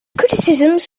criticisms